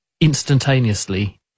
instantaneously